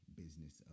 business